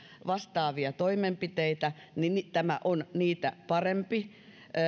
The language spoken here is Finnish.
vastaavia toimenpiteitä niin niin tämä on niitä parempi